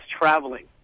traveling